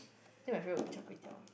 I think my favourite will be char-kway-teow